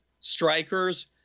Strikers